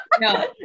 No